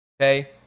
okay